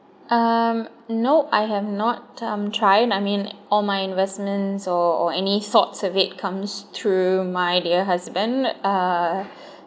um nope I have not um tried I mean all my investments or or any sort of it comes through my dear husband uh